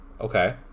Okay